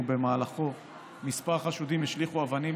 ובמהלכו כמה חשודים השליכו אבנים,